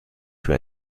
für